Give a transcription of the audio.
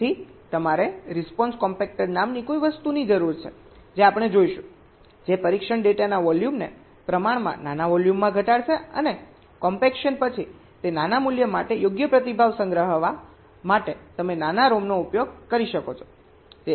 તેથી તમારે response compactor નામની કોઈ વસ્તુની જરૂર છે જે આપણે જોઈશું જે પરીક્ષણ ડેટાના વોલ્યુમને પ્રમાણમાં નાના વોલ્યુમમાં ઘટાડશે અને કોમ્પેક્શન પછી તે નાના મૂલ્ય માટે યોગ્ય પ્રતિભાવ સંગ્રહવા માટે તમે નાના ROM નો ઉપયોગ કરી શકો છો